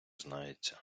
знається